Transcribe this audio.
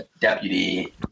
deputy